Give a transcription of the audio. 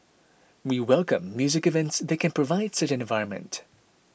we welcome music events that can provide such an environment